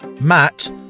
Matt